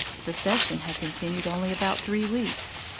the session had continued only about three weeks.